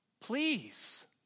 Please